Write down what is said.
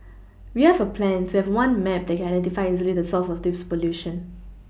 we have a plan to have one map that can identify easily the source of this pollution